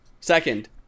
second